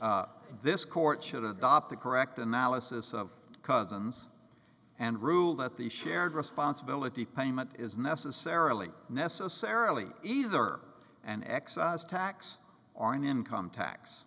e this court should adopt the correct analysis of cousins and rule that the shared responsibility payment is necessarily necessarily either an excise tax are an income tax